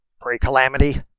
pre-calamity